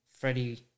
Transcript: Freddie